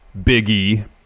Biggie